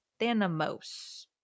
Thanos